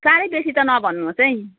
साह्रै बेसी त नभन्नुहोस् है